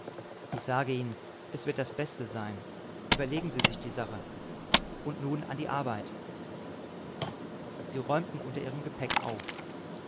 ich sage ihnen es wird das beste sein überlegen sie sich die sache und nun an die arbeit sie räumten unter ihrem gepäck auf